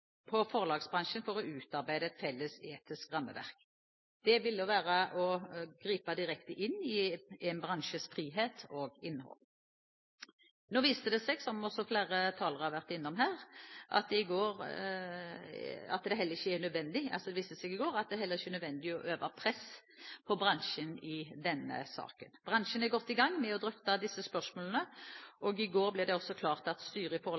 forlagsbransjen for å utarbeide et felles etisk rammeverk. Det ville være å gripe direkte inn i en bransjes frihet og innhold. Nå viste det seg i går, som flere har vært inne på, at det heller ikke er nødvendig å øve press på bransjen i denne saken. Bransjen er godt i gang med å drøfte disse spørsmålene, og i går ble det også klart at styret i